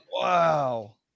Wow